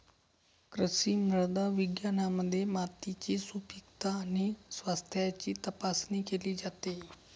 कृषी मृदा विज्ञानामध्ये मातीची सुपीकता आणि स्वास्थ्याची तपासणी केली जाते